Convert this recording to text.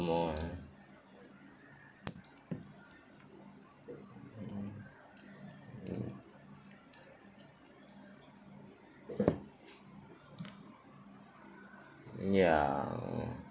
more ah mmhmm mm ya mm